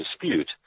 dispute